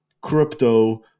crypto